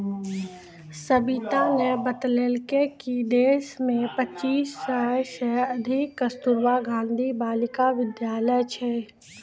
सविताने बतेलकै कि देश मे पच्चीस सय से अधिक कस्तूरबा गांधी बालिका विद्यालय छै